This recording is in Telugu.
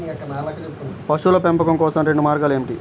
పశువుల పెంపకం కోసం రెండు మార్గాలు ఏమిటీ?